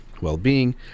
well-being